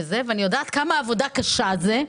ואני יודעת איזו עבודה קשה נדרשת.